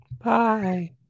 Bye